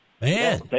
Man